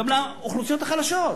אלא גם לאוכלוסיות החלשות.